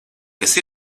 kas